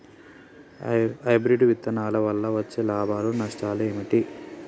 Hybrid విత్తనాల వల్ల వచ్చే లాభాలు నష్టాలు ఏమిటి?